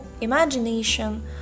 imagination